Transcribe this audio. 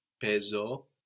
peso